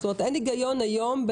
אין היגיון היום,